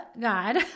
god